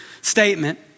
statement